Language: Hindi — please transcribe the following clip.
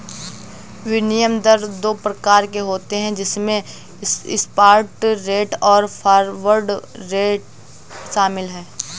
विनिमय दर दो प्रकार के होते है जिसमे स्पॉट रेट और फॉरवर्ड रेट शामिल है